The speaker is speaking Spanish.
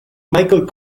michael